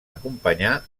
acompanyar